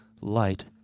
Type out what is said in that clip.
light